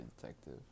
detective